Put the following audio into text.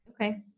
Okay